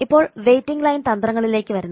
ഇപ്പോൾ waiting line തന്ത്രങ്ങളിലേക്ക് വരുന്നു